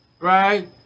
Right